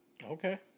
Okay